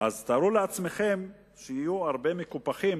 תארו לעצמכם שיהיו הרבה מקופחים,